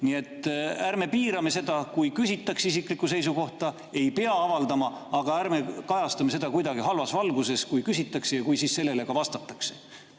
Nii et ärme piirame seda. Kui küsitakse isiklikku seisukohta, siis ei pea seda avaldama, aga ärme kajastame seda kuidagi halvas valguses, kui seda küsitakse ja kui sellele ka vastatakse.